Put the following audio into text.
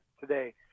today